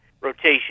rotation